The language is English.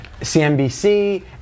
CNBC